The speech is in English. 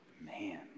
man